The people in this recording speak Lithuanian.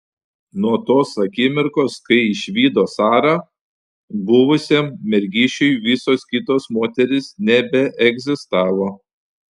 nuo tos akimirkos kai išvydo sarą buvusiam mergišiui visos kitos moterys nebeegzistavo